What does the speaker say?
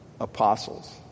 apostles